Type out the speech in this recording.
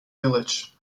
village